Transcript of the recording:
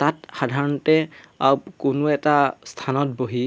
তাত সাধাৰণতে কোনো এটা স্থানত বহি